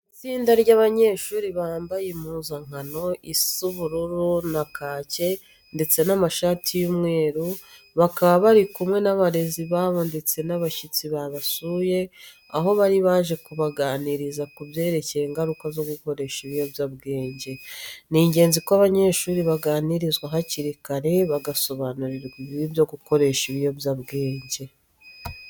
Ni itsinda ry'abanyeshuri bambaye impuzankano isa ubururu na kake ndetse n'amashati y'umweru. Bakaba bari kumwe n'abarezi babo ndetse n'abashyitsi babasuye, aho bari baje kubaganiriza ku byerekeye ingaruka zo gukoresha ibiyobyabwenge. Ni ingenzi ko abanyeshuri baganirizwa hakiri kare, bagasobanurirwa ibibi byo gukoresha ibiyobyabwenge.